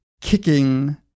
kicking